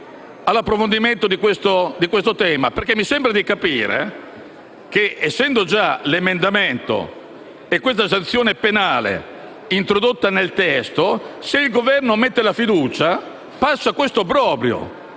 all'approfondimento di questo tema? Mi sembra di capire infatti che, essendo già l'emendamento e la sanzione penale introdotti nel testo, se il Governo metterà la fiducia, passerà questo obbrobrio.